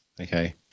Okay